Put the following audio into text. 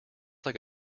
like